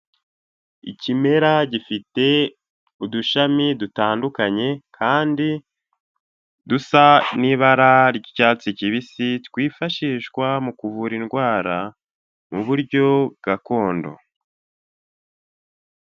Ikimera gifite udushami dutandukanye, kandi dusa n'ibara ry'icyatsi kibisi twifashishwa mu kuvura indwara mu buryo gakondo.